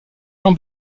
jean